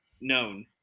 known